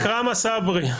לגבי עכרמה סברי.